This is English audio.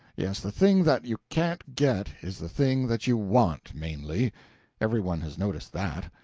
yes, the thing that you can't get is the thing that you want, mainly every one has noticed that.